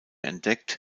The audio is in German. entdeckt